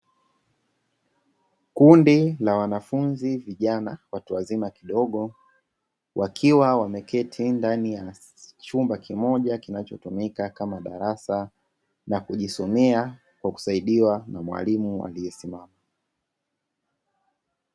Kundi la wanafunzi vijana watu wazima kidogo wakiwa wameketi ndani ya chumba kimoja kinacho tumika kama darasa nakujisomea na kusaidiwa na mwalimu aliyesimama.